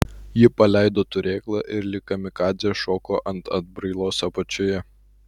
ji paleido turėklą ir lyg kamikadzė šoko ant atbrailos apačioje